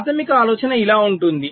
ప్రాథమిక ఆలోచన ఇలా ఉంటుంది